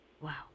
Wow